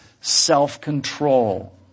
self-control